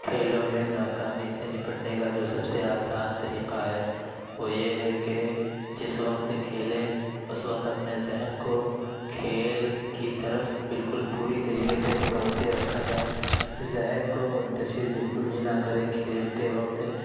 کھیلوں میں ناکامی سے نپٹنے کا جو سب سے آسان طریقہ ہے وہ یہ ہے کہ جس وقت کھیلیں اس وقت اپنے ذہن کو کھیل کی طرف بالکل پوری طریقے سے متوجہ رکھا جائے ذہن کو منتشر بالکل بھی نہ کریں کھیلتے وقت